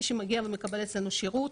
מי שמגיע ומקבל אצלנו שירות,